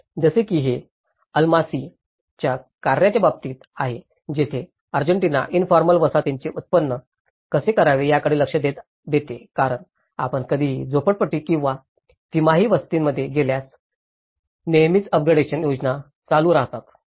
जसे की हे अल्मांसीAlmansi's च्या कार्याच्या बाबतीत आहे जेथे अर्जेटिना इनफॉर्मल वसाहतींचे उन्नत कसे करावे याकडे लक्ष देते कारण आपण कधीही झोपडपट्टी किंवा तिमाही वस्त्यांमध्ये गेल्यास नेहमीच अपग्रेडेशन योजना चालूच राहतात